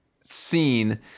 scene